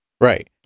Right